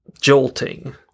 jolting